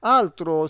altro